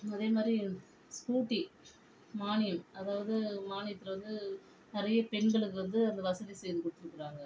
அதே மாதிரி ஸ்கூட்டி மானியம் அதாவது மானியத்தில் வந்து நிறைய பெண்களுக்கு வந்து அந்த வசதி செய்து கொடுத்துருக்குறாங்க